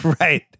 Right